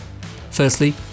Firstly